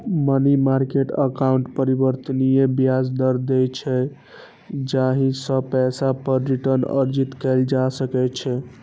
money market account परिवर्तनीय ब्याज दर दै छै, जाहि सं पैसा पर रिटर्न अर्जित कैल जा सकै छै